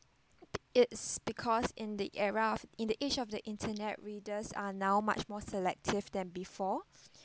it's because in the era in the age of the internet readers are now much more selective than before